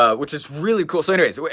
ah which is really cool so anyways, but